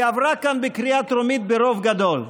היא עברה כאן בקריאה טרומית ברוב גדול.